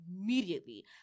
immediately